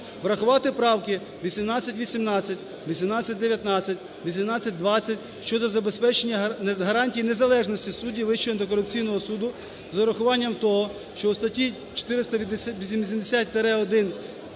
Врахувати правки 1818, 1819, 1820 щодо забезпечення гарантій незалежності суддів Вищого антикорупційного суду з урахуванням того, що в статті 480-1